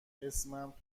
اسمم